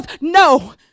No